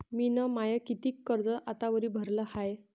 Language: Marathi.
मिन माय कितीक कर्ज आतावरी भरलं हाय?